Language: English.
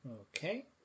Okay